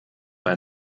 bei